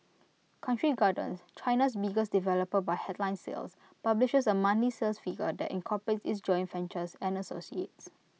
country garden China's biggest developer by headline sales publishes A monthly sales figure that incorporates its joint ventures and associates